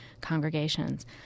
congregations